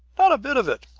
not a bit of it!